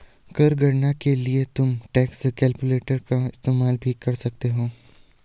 कर गणना के लिए तुम टैक्स कैलकुलेटर का इस्तेमाल भी कर सकते हो